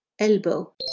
Elbow